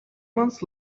months